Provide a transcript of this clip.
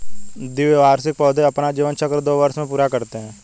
द्विवार्षिक पौधे अपना जीवन चक्र दो वर्ष में पूरा करते है